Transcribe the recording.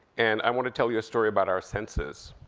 and i wanna tell you a story about our senses,